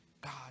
God